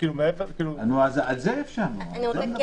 על זה אני מדבר.